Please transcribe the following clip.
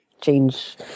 change